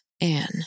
Anne